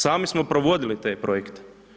Sami smo provodili te projekte.